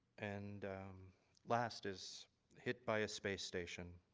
and last is hit by a space station.